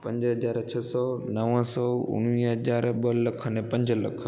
पंज हज़ार छह सौ नव सौ उणिवीह हज़ार ॿ लख ने पंज लख